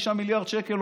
6 מיליארד שקל,